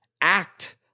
act